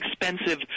expensive